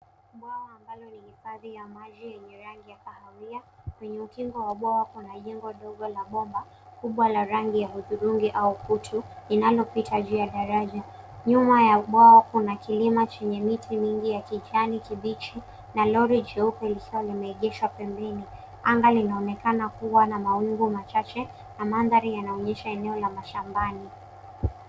Bwawa ambalo ni hifadhi ya maji yenye rangi ya kahawia. Kwenye ukingo wa bwawa kuna jengo dogo la boma, kubwa la rangi ya hudhurungi au kutu inalopita juu ya daraja. Nyuma ya bwawa kuna kilima chenye miti mingi ya kijani kibichi na lori jeupe likiwa limeegeshwa pembeni. Anga linaonekana kuwa na mawingu machache na mandhari yanaonyesha eneo la mashambani.